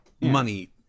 money